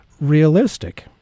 realistic